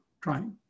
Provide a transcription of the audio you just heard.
trying